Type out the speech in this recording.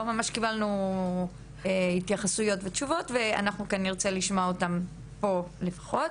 ממש קיבלנו התייחסויות ותשובות ואנחנו כן נרצה לשמוע אותם פה לפחות.